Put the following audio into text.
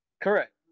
Correct